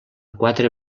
quatre